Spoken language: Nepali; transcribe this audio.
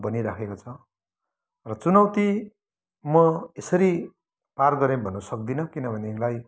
बनिराखेको छ र चुनौती म यसरी पार गरेँ भन्नु सक्दिनँ किन भनेदेखिलाई